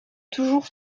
toujours